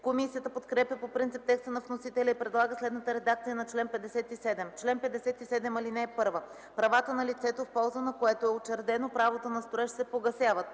Комисията подкрепя по принцип текста на вносителя и предлага следната редакция на чл. 57: „Чл. 57. (1) Правата на лицето, в полза на което е учредено правото на строеж, се погасяват: